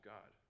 God